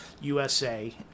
usa